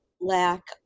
lack